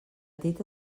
tita